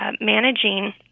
managing